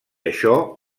això